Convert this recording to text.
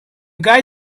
guy